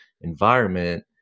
environment